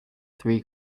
three